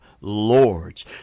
lords